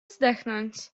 zdechnąć